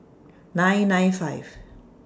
nine nine five